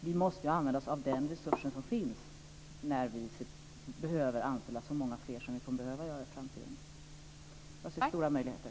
Vi måste ju använda oss av den resurs som finns när vi behöver anställa så många fler som vi kommer att behöva göra i framtiden. Jag ser stora möjligheter.